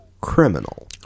criminal